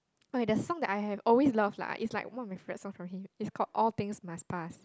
okay the song that I have always loved lah it's like one of my favourite songs it's called all things must pass